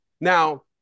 Now